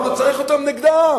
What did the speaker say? אבל הוא צריך אותם נגדם.